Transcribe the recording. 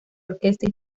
orquesta